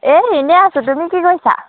এই এনেই আছো তুমি কি কৰিছা